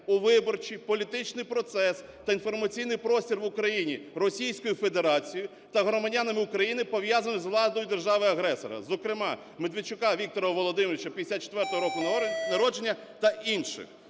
у виборчий політичний процес та інформаційний простір в Україні Російською Федерацією та громадянами України, пов'язаних з владою держави-агресора, зокрема Медведчука Віктора Володимировича, 54-го року народження, та інших.